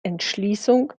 entschließung